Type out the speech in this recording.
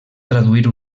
traduir